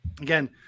again